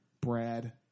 Brad